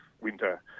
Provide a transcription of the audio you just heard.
winter